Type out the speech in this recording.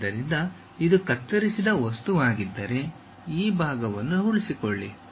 ಆದ್ದರಿಂದ ಇದು ಕತ್ತರಿಸಿದ ವಸ್ತುವಾಗಿದ್ದರೆ ಈ ಭಾಗವನ್ನು ಉಳಿಸಿಕೊಳ್ಳಿ